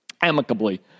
Amicably